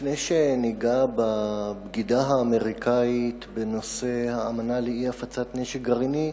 לפני שניגע בבגידה האמריקנית בנושא האמנה לאי-הפצת נשק גרעיני,